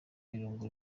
irungu